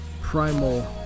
primal